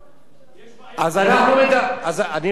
אני לא אמרתי לקרוע.